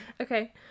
Okay